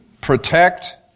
protect